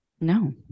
no